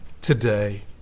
today